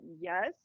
yes